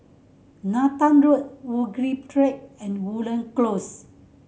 Nathan Road Woodleigh Track and Woodland Close